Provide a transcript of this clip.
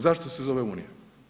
Zašto se zove Unija?